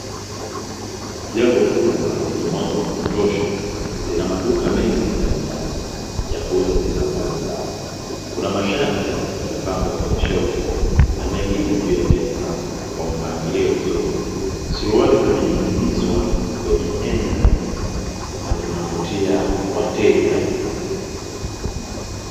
Jengo kubwa lenye mwanga wa kutosha lina maduka mengi ndani yake ya kuuza bidhaa mbalimbali. Kuna masharti yamepangwa kwenye shelfu na mengine juu ya meza kwa mpangilio mzuri. Suruali zimening'inizwa kwenye henga na zinavutia wateja.